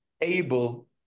able